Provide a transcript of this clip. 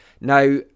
Now